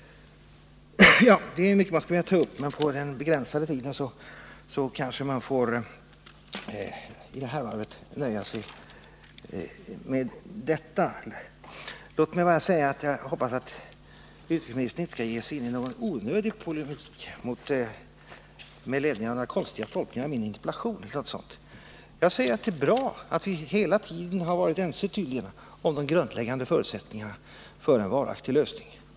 Det är mycket jag skulle vilja ta upp, men på den begränsade tiden får jag i detta varv nöja mig med detta. Låt mig bara säga att jag hoppas att utrikesministern inte skall ge sig in i någon onödig polemik med ledning av den konstiga tolkningen av min interpellation eller någonting sådant. Jag säger att det är bra att vi hela tiden tydligen har varit ense om de grundläggande förutsättningarna för en varaktig lösning.